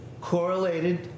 correlated